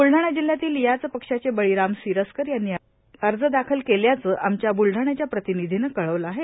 बुलढाणा जिल्ह्यातील याच पक्षाचे बळीराम सिरस्कर यांनी अर्ज दाखल केल्याचं आमच्या बुलढाण्याच्या प्रतिनिधीनं कळवलं आहे